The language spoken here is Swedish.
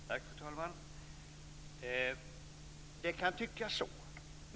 Fru talman! Det kan tyckas så.